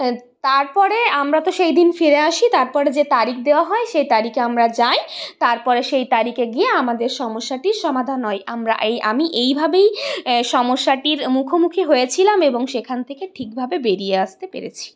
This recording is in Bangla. তারপরে আমরা তো সেইদিন ফিরে আসি তারপরে যে তারিখ দেওয়া হয় সেই তারিখে আমরা যাই তারপরে সেই তারিখে গিয়ে আমাদের সমস্যাটির সমাধান হয় আমরা এই আমি এইভাবেই সমস্যাটির মুখোমুখি হয়েছিলাম এবং সেখান থেকে ঠিকভাবে বেরিয়ে আসতে পেরেছি